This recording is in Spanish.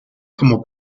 como